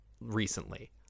recently